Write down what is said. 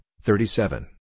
thirty-seven